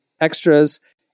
extras